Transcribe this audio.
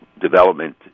development